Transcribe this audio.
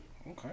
Okay